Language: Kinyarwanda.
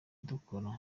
dukora